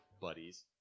buddies